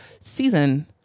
season